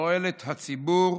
לתועלת הציבור,